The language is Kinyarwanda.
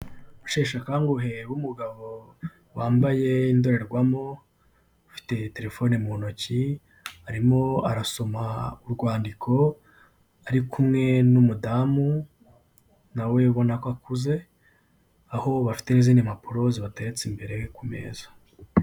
Usheshe akanguhe w'umugabo, wambaye indorerwamo, ufite telefone mu ntoki, arimo arasoma urwandiko, ari kumwe n'umudamu, nawe ubona ko akuze, aho bafite n'izindi mpapuro zibateretse imbere, ku meza.